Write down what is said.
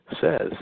says